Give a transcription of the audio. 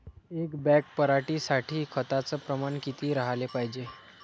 एक बॅग पराटी साठी खताचं प्रमान किती राहाले पायजे?